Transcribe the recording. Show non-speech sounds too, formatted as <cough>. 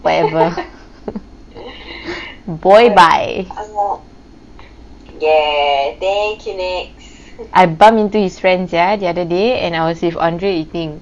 whatever <laughs> boy bye I bumped into his friends ya the other day and I was with andre eating